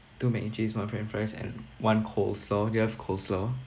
two mac and cheese one french fries and one coleslaw do you have coleslaw